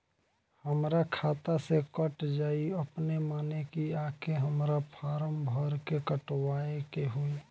हमरा खाता से कट जायी अपने माने की आके हमरा फारम भर के कटवाए के होई?